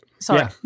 sorry